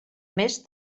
més